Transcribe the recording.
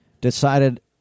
Decided